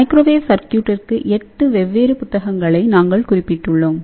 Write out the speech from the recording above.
microwave சர்க்யூடிற்கு 8 வெவ்வேறு புத்தகங்களை நாங்கள் குறிப்பிட்டுள்ளோம்